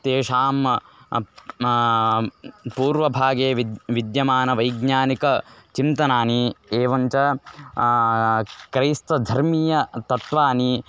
तेषां पूर्वभागे विद् विद्यमानवैज्ञानिकचिन्तनानि एवञ्च क्रैस्तधर्मीय तत्वानि